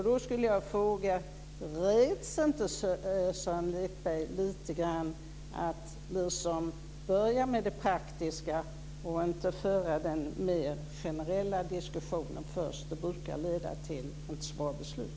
Då vill jag fråga: Räds inte Sören Lekberg lite grann att börja med det praktiska och inte föra den mer generella diskussionen först? Det brukar inte leda till så bra beslut.